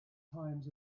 times